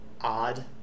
odd